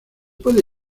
puede